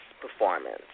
performance